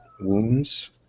wounds